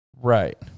Right